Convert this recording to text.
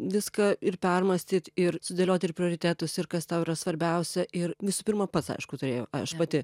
viską ir permąstyt ir sudėliot ir prioritetus ir kas tau yra svarbiausia ir visų pirma pats aišku turėjau aš pati